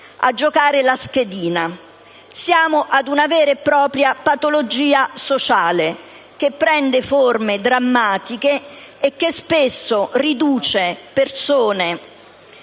a giocare la schedina. Siamo a una vera e propria patologia sociale, che assume forme drammatiche e che spesso riduce persone